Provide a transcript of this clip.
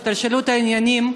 השתלשלות העניינים,